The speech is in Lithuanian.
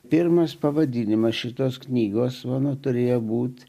pirmas pavadinimas šitos knygos mano turėjo būti